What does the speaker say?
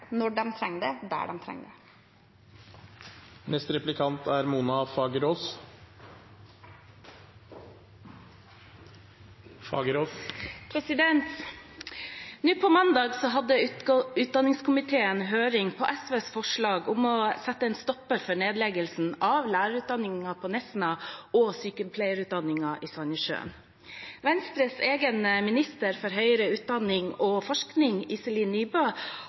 når de trenger det, der de trenger det. Nå på mandag hadde utdanningskomiteen høring om SVs forslag om å sette en stopper for nedleggelsen av lærerutdanningen på Nesna og sykepleierutdanningen i Sandnessjøen. Venstres egen minister for høyere utdanning og forskning, Iselin Nybø,